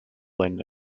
lynn